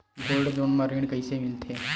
Gold loan म ऋण कइसे मिलथे?